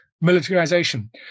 militarization